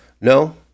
no